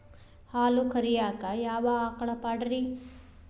ಹಾಲು ಕರಿಯಾಕ ಯಾವ ಆಕಳ ಪಾಡ್ರೇ?